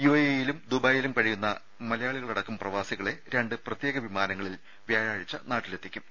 UAE യിലും ദുബായിയിലും കഴിയുന്ന മലയാളികളടക്കം പ്രവാസികളെ രണ്ട് പ്രത്യേക വിമാനങ്ങളിൽ വ്യാഴാഴ്ച്ച നാട്ടിലെത്തിക്കും